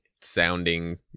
sounding